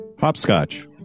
Hopscotch